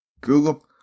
Google